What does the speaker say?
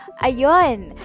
Ayon